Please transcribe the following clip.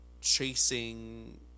chasing